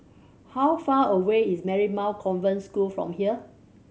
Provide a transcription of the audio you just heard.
how far away is Marymount Convent School from here